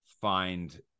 find